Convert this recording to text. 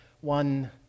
one